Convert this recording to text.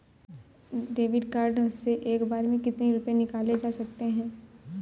David card से एक बार में कितनी रूपए निकाले जा सकता है?